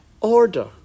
order